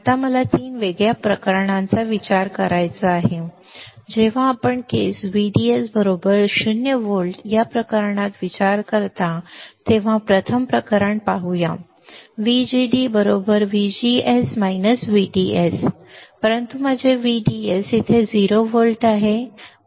आता मला 3 वेगवेगळ्या प्रकरणांचा विचार करायचा आहे जेव्हा आपण केस VDS 0 व्होल्ट या प्रकरणात विचार करता तेव्हा प्रथम प्रकरण प्रथम प्रकरण पाहू VGD VGS VDS आम्हाला इथे समीकरणातून सापडले आहे VGD VGS VDS परंतु माझे VDS येथे एक VDS 0 व्होल्ट आहे